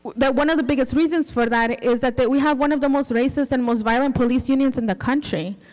one of the biggest reasons for that is that that we have one of the most racist and most violent police unions in the country,